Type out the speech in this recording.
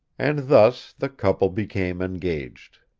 and thus the couple became engaged.